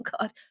God